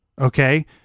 Okay